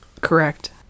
Correct